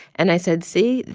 and i said, see.